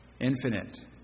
infinite